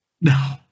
No